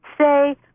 say